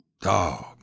Dog